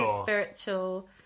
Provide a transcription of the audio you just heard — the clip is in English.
spiritual